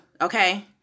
okay